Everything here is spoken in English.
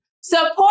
Support